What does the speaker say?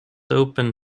open